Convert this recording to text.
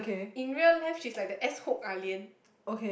in real life she's like the S hook ah-lian